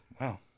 Wow